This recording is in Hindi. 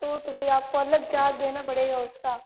तो तो भाई आप को अलग चार्ज देना पड़ेगा उसका